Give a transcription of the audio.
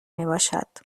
میباشد